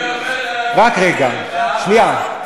רק רגע, שנייה.